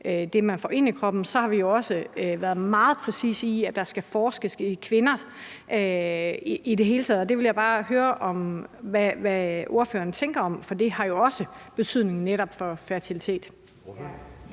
det, man får ind i kroppen, har vi jo også været meget præcise, i forhold til at der skal forskes i kvinder i det hele taget, og det vil jeg bare høre hvad ordføreren tænker om. For det har jo også betydning netop for fertilitet.